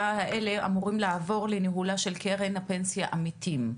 האלה אמורים לעבור לניהולה של קרן הפנסיה עמיתים.